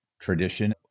tradition